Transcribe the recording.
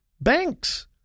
Banks